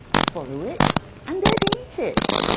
follow it and then eat it!